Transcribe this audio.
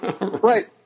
Right